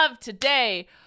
today